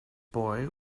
boy